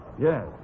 Yes